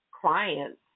clients